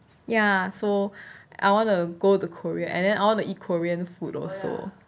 ya so I want to go to korea and then I want to eat korean food also